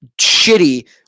shitty